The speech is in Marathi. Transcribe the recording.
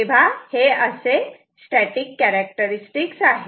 तर हे असे स्टॅटिक कॅरेक्टरस्टिक्स आहे